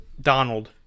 Donald